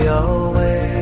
away